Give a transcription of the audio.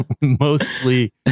Mostly